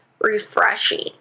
Refreshing